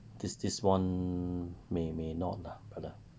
this this one may may not lah brother